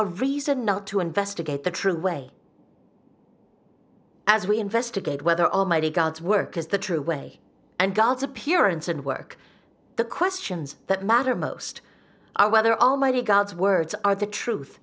a reason not to investigate the true way as we investigate whether almighty god's work is the true way and god's appearance and work the questions that matter most are whether almighty god's words are the truth